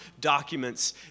documents